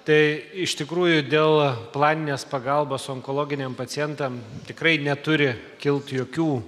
tai iš tikrųjų dėl planinės pagalbos onkologiniam pacientam tikrai neturi kilt jokių